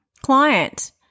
client